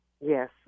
Yes